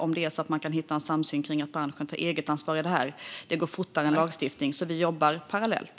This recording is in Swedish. Om man kan hitta en samsyn och branschen tar eget ansvar går det fortare än med lagstiftning. Men vi jobbar parallellt.